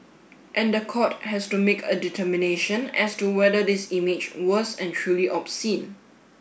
and the court has to make a determination as to whether this image was and truly obscene